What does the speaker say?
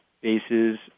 bases